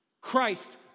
Christ